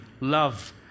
love